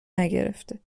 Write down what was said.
نگرفته